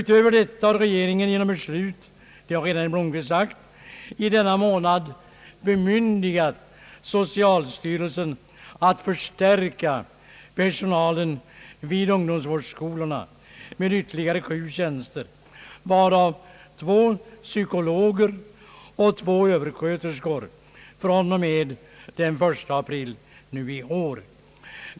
Utöver detta anslag har regeringen genom beslut under denna månad — vilket herr Blomquist redan sagt — bemyndigat socialstyrelsen att förstärka personalen i ungdomsvårdsskolorna med ytterligare sju tjänster, varav två psykologer och två översköterskor fr.o.m. den 1 april i år.